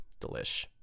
delish